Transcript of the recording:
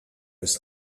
ist